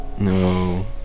No